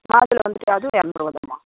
மாதுளை வந்து அதுவும் இரநூறுவாதாம்மா